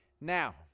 Now